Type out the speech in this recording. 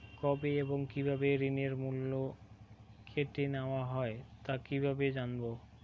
কবে এবং কিভাবে ঋণের মূল্য কেটে নেওয়া হয় তা কিভাবে জানবো?